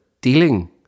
dealing